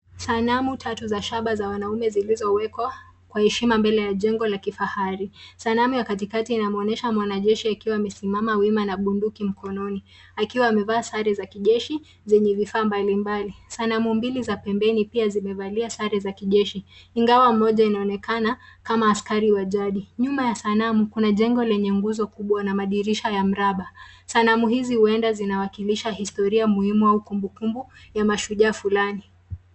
Sanamu tatu za shaba za wanaume zilizowekwa kwa heshima mbele ya jengo la kifahari. Sanamu ya katikati inamwonesha mwanajeshi akiwa amesimama wima na bunduki mkononi, akiwa amevaa sare za kijeshi zenye vifaa mbalimbali. Sanamu mbili za pembeni pia zimevalia sare za kijeshi, ingawa moja inaonekana kama askari wa jadi. Nyuma ya sanamu, kuna jengo lenye nguzo kubwa na madirisha ya mraba. Sanamu hizi uenda zinawakilisha historia muhimu au kumbukumbu ya mashujaa fulani.